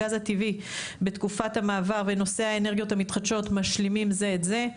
הגז הטבעי בתקופת המעבר ונושא האנרגיות המתחדשות משלימים זה את זה.